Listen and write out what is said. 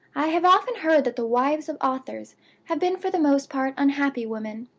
i have often heard that the wives of authors have been for the most part unhappy women.